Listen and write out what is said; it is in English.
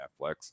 Netflix